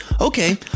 okay